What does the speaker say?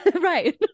Right